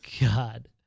God